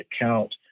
account